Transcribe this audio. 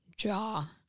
jaw